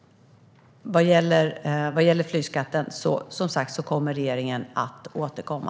Vad gäller flygskatten kommer regeringen som sagt att återkomma.